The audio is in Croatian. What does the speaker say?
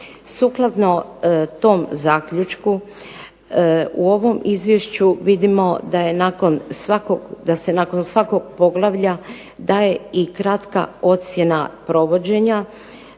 Sukladno tom zaključku u ovom Izvješću vidimo da se nakon svakog poglavlja daje i kratka ocjena provođenja,